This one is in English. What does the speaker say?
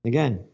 Again